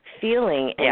feeling